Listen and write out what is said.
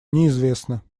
неизвестно